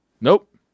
Nope